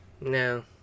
No